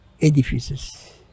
edifices